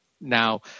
now